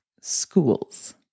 schools